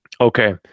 Okay